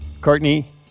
Courtney